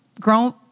grown